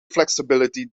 flexibility